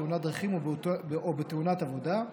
בתאונת דרכים או בתאונת עבודה.